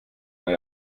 man